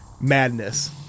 madness